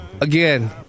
again